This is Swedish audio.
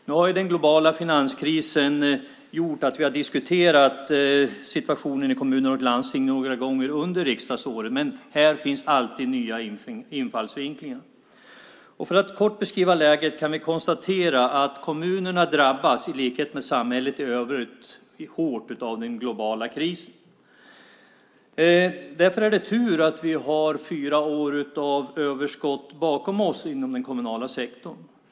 Nu har den globala finanskrisen gjort att vi har diskuterat situationen i kommuner och landsting några gånger under riksdagsåret, men här finns alltid nya infallsvinklar. För att kort beskriva läget kan vi konstatera att kommunerna i likhet med samhället i övrigt drabbas hårt av den globala krisen. Därför är det tur att vi har fyra år av överskott bakom oss inom den kommunala sektorn.